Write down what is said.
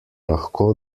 lahko